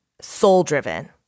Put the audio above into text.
soul-driven